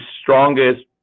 strongest